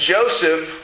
Joseph